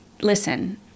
listen